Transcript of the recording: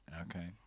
Okay